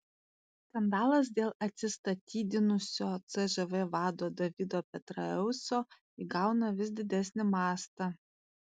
skandalas dėl atsistatydinusio cžv vado davido petraeuso įgauna vis didesnį mastą